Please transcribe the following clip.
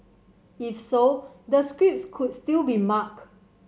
if so the scripts could still be marked